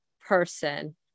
person